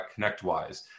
ConnectWise